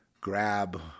grab